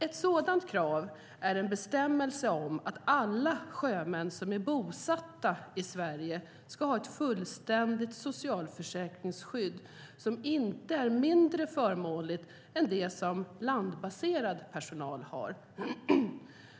Ett sådant krav är en bestämmelse om att alla sjömän som är bosatta i Sverige ska ha ett fullständigt socialförsäkringsskydd som inte är mindre förmånligt än det som landbaserad personal har.